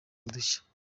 udushya